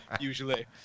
usually